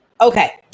Okay